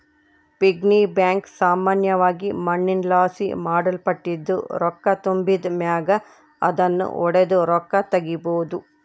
piggy bank ಸಾಮಾನ್ಯವಾಗಿ ಮಣ್ಣಿನಲಾಸಿ ಮಾಡಲ್ಪಟ್ಟಿದ್ದು, ರೊಕ್ಕ ತುಂಬಿದ್ ಮ್ಯಾಗ ಅದುನ್ನು ಒಡುದು ರೊಕ್ಕ ತಗೀಬೋದು